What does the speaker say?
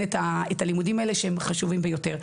את הלימודים האלה שהם חשובים ביותר,